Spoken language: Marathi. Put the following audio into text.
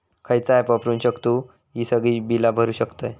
खयचा ऍप वापरू शकतू ही सगळी बीला भरु शकतय?